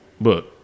Book